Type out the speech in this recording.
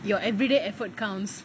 your everyday effort counts